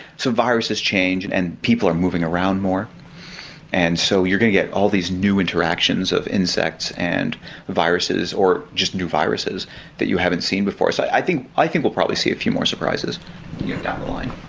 so viruses change and and people are moving around more and so you're going to get all these new interactions of insects and viruses or just new viruses that you haven't seen before. so i think i think we'll probably see a few more surprises down the line.